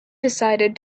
decided